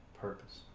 purpose